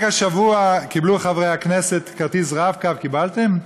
רק השבוע קיבלו חברי הכנסת כרטיס "רב-קו" קיבלתם?